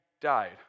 died